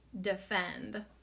Defend